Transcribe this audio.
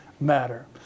matter